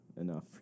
enough